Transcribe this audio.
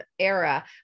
era